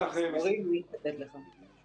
אין לי כרגע מספרים לתת לך.